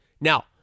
Now